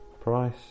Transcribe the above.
price